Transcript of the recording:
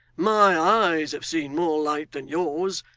my eyes have seen more light than yours,